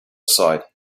side